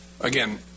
again